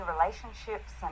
relationships